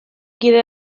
kide